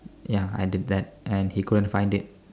ya I did that and he couldn't find it